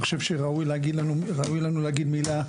אני חושב שראוי מצידנו להגיד מילה,